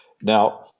Now